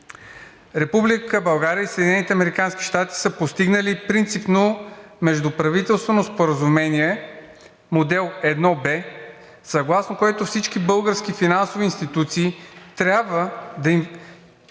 щати са постигнали принципно междуправителствено споразумение – Модел 1Б, съгласно което всички български финансови институции трябва да